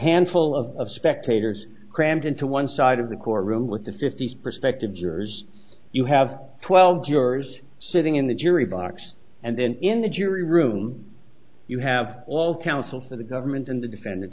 handful of spectators crammed into one side of the court room with the fifty prospective jurors you have twelve jurors sitting in the jury box and then in the jury room you have all counsel for the government and the defendant